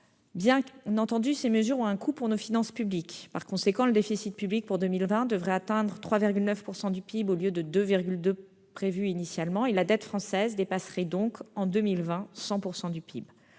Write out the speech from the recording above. Bien entendu, ces mesures ont un coût pour nos finances publiques. Par conséquent, le déficit public pour 2020 devrait atteindre 3,9 % du PIB, au lieu des 2,2 % prévus initialement. La dette française dépasserait donc 100 % du PIB